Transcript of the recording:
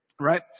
right